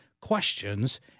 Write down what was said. questions